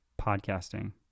podcasting